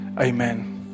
Amen